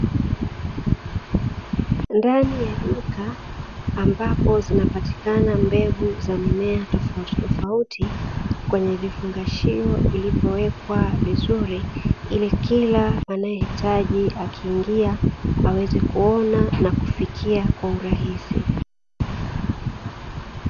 Ndani ya duka ambapo zinapatikana mbegu za mimea tofautitofauti, kwenye vifungashio vilivyowekwa vizuri, ili kila anayehitaji akiingia, aweza kuona na kufikia kwa urahisi.